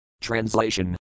Translation